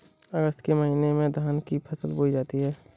अगस्त के महीने में धान की फसल बोई जाती हैं